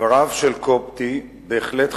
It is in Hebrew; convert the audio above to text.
דבריו של קובטי בהחלט חמורים,